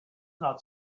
not